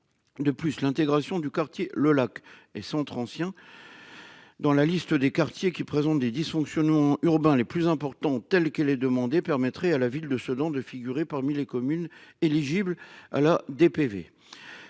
De plus, l'intégration du quartier le lac et son Transilien. Dans la liste des quartiers qui présentent des dysfonctionnements urbains les plus importants tels que est demandé permettrait à la ville de Sedan de figurer parmi les communes éligibles à la DPV